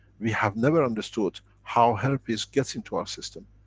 we have never understood how herpes gets into our system.